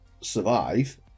survive